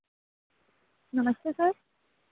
नमस्ते सर